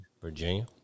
Virginia